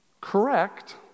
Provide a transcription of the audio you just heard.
correct